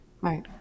Right